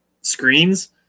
screens